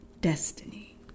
Destiny